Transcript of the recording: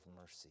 mercy